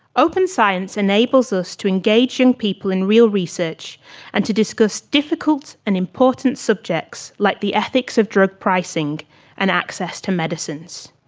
open science enables us to engage young and people in real research and to discuss difficult and important subjects like the ethics of drug pricing and access to medicines.